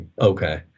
Okay